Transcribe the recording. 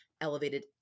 elevated